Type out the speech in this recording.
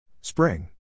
Spring